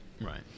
right